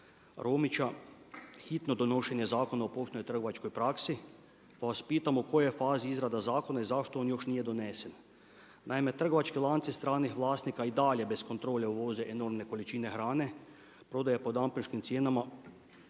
Romića hitno donošenje Zakona o poštenoj hrvatskoj praksi pa vas pitam u kojoj je fazi izrada zakona i zašto on još nije donesen? Naime, trgovački lanci stranih vlasnika i dalje bez kontrole uvoze enormne količine hrane, prodaja po … cijenama